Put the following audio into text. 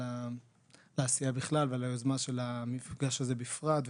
על העשייה בכלל ועל היוזמה של המפגש הזה בפרט.